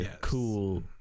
Cool